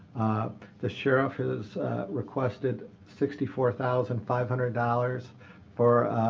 the sheriff has requested sixty four thousand five hundred dollars for